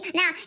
now